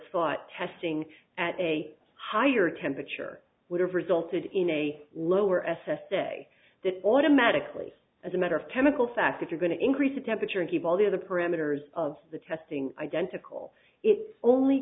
thought testing at a higher temperature would have resulted in a lower s s a that automatically as a matter of chemical fact if you're going to increase a temperature and keep all the other parameters of the testing identical it only